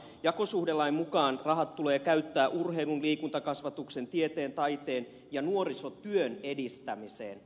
jakosuhdelain mukaan rahat tulee käyttää urheilun liikuntakasvatuksen tieteen taiteen ja nuorisotyön edistämiseen